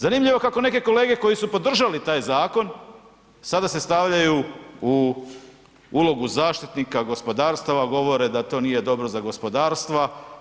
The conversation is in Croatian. Zanimljivo kako neke kolege koje su podržali taj zakon sada se stavljaju u ulogu zaštitnika gospodarstava, govore da to nije dobro za gospodarstva.